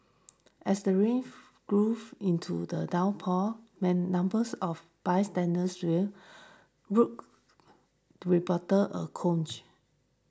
as the rain grew into the downpour and numbers of bystanders swelled group reporter a coach